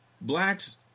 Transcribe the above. blacks